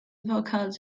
vocals